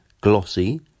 Glossy